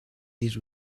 this